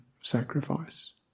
sacrifice